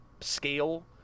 scale